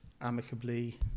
amicably